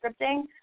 scripting